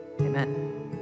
amen